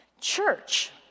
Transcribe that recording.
Church